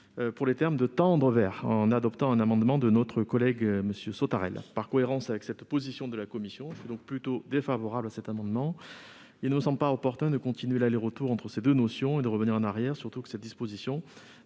pour « tendre vers », en adoptant un amendement de notre collègue Stéphane Sautarel. Par cohérence avec cette position de la commission, je suis plutôt défavorable à ces amendements. Il ne nous semble pas opportun de continuer l'aller-retour entre ces deux notions et de revenir en arrière, d'autant que cette disposition